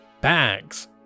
bags